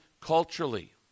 culturally